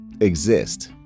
exist